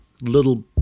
little